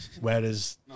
whereas